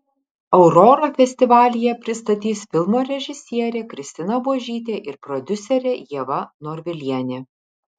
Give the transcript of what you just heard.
aurorą festivalyje pristatys filmo režisierė kristina buožytė ir prodiuserė ieva norvilienė